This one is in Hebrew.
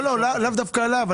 אני לא מדבר לאו דווקא עליו.